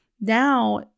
Now